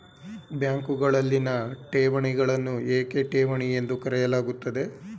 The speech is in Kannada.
ಬ್ಯಾಂಕುಗಳಲ್ಲಿನ ಠೇವಣಿಗಳನ್ನು ಏಕೆ ಠೇವಣಿ ಎಂದು ಕರೆಯಲಾಗುತ್ತದೆ?